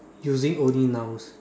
using only nouns